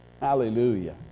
Hallelujah